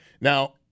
Now